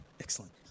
Excellent